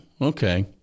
okay